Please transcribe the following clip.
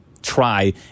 try